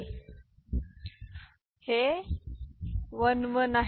तर हे 1 1 आहे